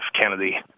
Kennedy